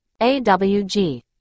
awg